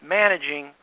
managing